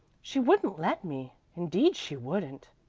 she wouldn't let me indeed she wouldn't!